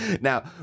Now